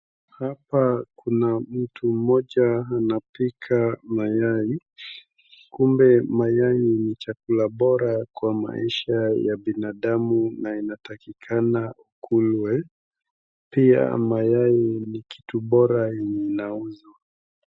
Hapa kuna mtu mmoja anapika mayai. Kumbe mayai ni chakula bora kwa maisha ya binadamu na inatakikana ikuliwe, pia mayai ni kitu bora yenye inauzwa.